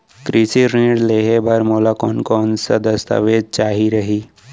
कृषि ऋण लेहे बर मोला कोन कोन स दस्तावेज चाही रही?